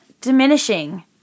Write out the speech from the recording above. diminishing